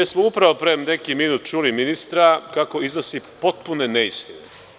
Mi smo upravo pre neki minut čuli ministra kako iznosi potpune neistine.